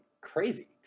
crazy